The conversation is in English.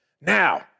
Now